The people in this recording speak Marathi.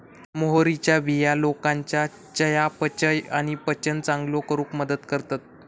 मोहरीच्या बिया लोकांच्या चयापचय आणि पचन चांगलो करूक मदत करतत